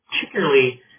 particularly